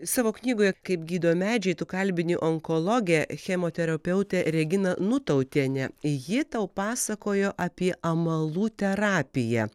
savo knygoje kaip gydo medžiai tu kalbini onkologę chemoterapeutę reginą nutautienę ji tau pasakojo apie amalų terapiją